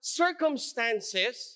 circumstances